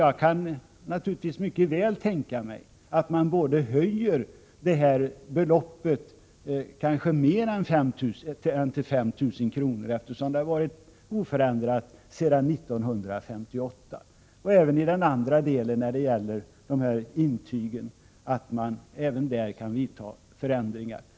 Jag kan mycket väl tänka mig att utredningen förordar en höjning av det skattefria beloppet för penninggåvor, kanske till mer än 5 000 kr., eftersom beloppet har varit oförändrat sedan 1958. Även när det gäller intygen är det möjligt att utredningen föreslår förändringar.